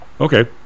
Okay